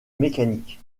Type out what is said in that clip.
mécanique